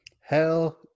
Hell